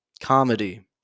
Comedy